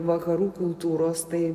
vakarų kultūros tai